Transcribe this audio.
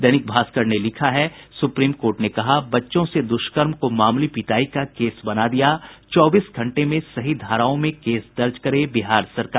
दैनिक भास्कर ने लिखा है सुप्रीम कोर्ट ने कहा बच्चों से दुष्कर्म को मामूली पिटाई का केस बना दिया चौबीस घंटे में सही धाराओं में केस दर्ज करे बिहार सरकार